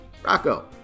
Rocco